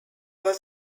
was